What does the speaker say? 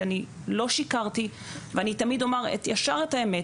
ואני לא שיקרתי ואני תמיד אומר את האמת,